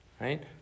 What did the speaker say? right